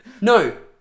No